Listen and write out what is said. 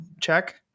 Check